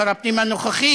שר הפנים הנוכחי,